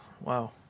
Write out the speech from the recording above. Wow